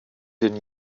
den